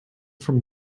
from